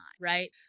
right